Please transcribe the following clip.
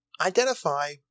identify